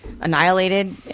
annihilated